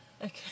Okay